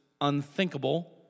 unthinkable